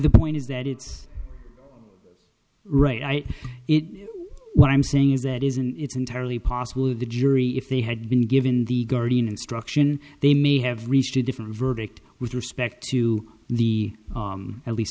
the point is that it's right in what i'm saying is that isn't it's entirely possible that the jury if they had been given the guardian instruction they may have reached a different verdict with respect to the at least